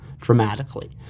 dramatically